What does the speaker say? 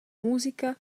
musica